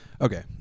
Okay